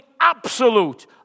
absolute